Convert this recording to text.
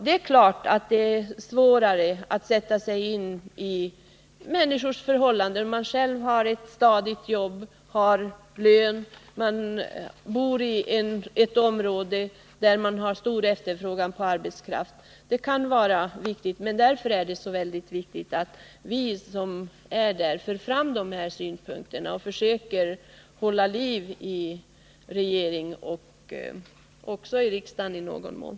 Det är klart att det är svårare att sätta sig in i människors förhållanden när man själv har ett stadigt jobb, när man har lön och när man bor i ett område med stor efterfrågan på arbetskraft, men därför är det också viktigt att vi för fram de här synpunkterna och försöker hålla liv i regeringen och i någon mån också i riksdagen.